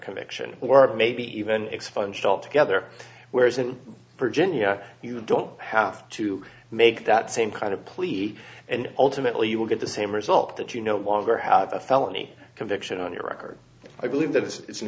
conviction or maybe even expunged altogether whereas in virginia you don't have to make that same kind of plea and ultimately you will get the same result that you no longer have a felony conviction on your record i believe that it's i